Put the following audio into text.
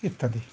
ইত্যাদি